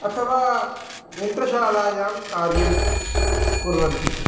अथवा यन्त्रशालायां कार्यं कुर्वन्ति